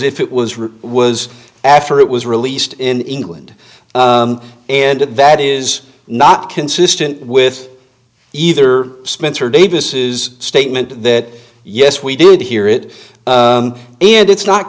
written was after it was released in england and that is not consistent with either spencer davis's statement that yes we did hear it and it's not